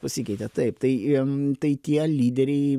pasikeitė taip tai tai tie lyderiai